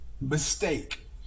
mistake